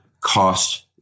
cost